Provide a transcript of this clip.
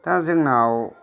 दा जोंनाव